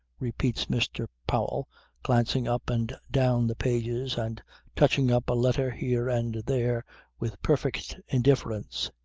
repeats mr. powell glancing up and down the pages and touching up a letter here and there with perfect indifference.